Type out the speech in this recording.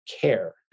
care